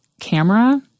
camera –